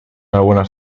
algunas